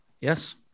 Yes